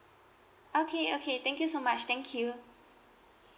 okay okay thank you so much thank you